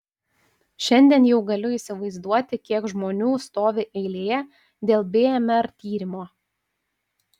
šiandien jau galiu įsivaizduoti kiek žmonių stovi eilėje dėl bmr tyrimo